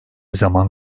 zaman